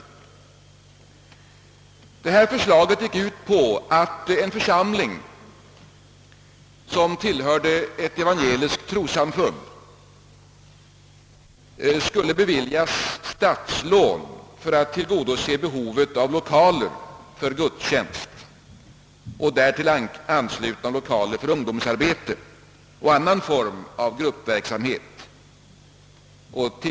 Utredningens förslag gick ut på att församling, som tillhörde ett evangeliskt trossamfund, skulle beviljas statslån för att tillgodose behovet av lokaler för gudstjänst och därtill anslutna lokaler för ungdomsarbete och annan form av gruppverksamhet.